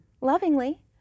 lovingly